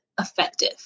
effective